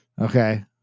Okay